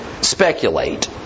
speculate